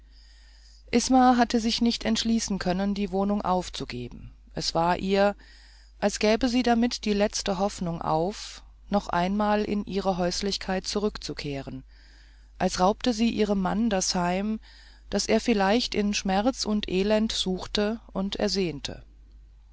isma hatte sich nicht entschließen können die wohnung aufzugeben es war ihr als gäbe sie damit die letzte hoffnung auf noch einmal in ihre häuslichkeit zurückzukehren als raubte sie ihrem mann das heim das er vielleicht in schmerz und elend suchte und ersehnte